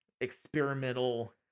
experimental